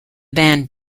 band